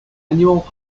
annual